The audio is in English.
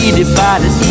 divided